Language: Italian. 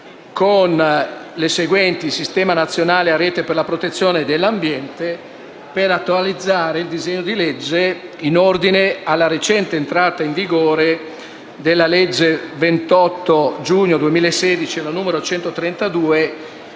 con le seguenti: «Sistema nazionale a rete per la protezione dell'ambiente» per attualizzare il disegno di legge dopo la recente entrata in vigore della legge 28 giugno 2016, n. 132,